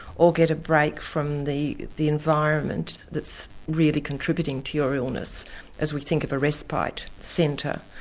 or get a break from the the environment that's really contributing to your illness as we think of a respite centre.